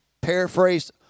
paraphrased